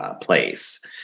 Place